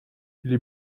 или